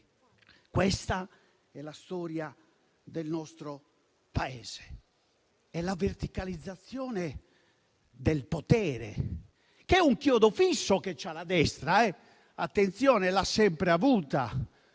questa è la storia del nostro Paese; è la verticalizzazione del potere, un chiodo fisso che ha la destra e che, attenzione, ha sempre avuto.